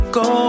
go